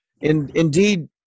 indeed